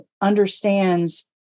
understands